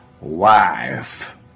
wife